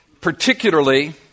particularly